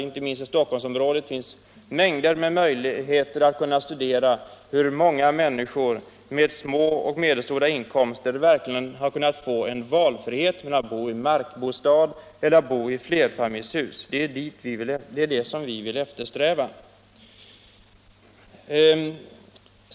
Inte minst i Stockholmsområdet finns mängder av möjligheter att studera hur många människor med små och medelstora inkomster verkligen har kunnat få valfrihet mellan att bo i markbostad eller i flerfamiljshus. Det är detta vi vill eftersträva.